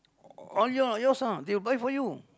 all your yours ah they will buy for you